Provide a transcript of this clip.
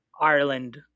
Ireland